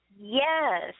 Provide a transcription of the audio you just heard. Yes